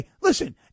listen